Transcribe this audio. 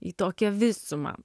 į tokią visumą